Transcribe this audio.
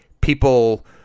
people